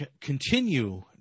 continue